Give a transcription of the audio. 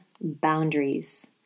boundaries